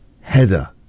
header